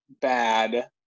bad